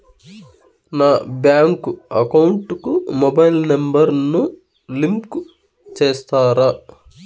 నా bank account కు mobile number ను లింకు చేస్తారా?